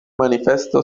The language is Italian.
manifesto